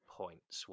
points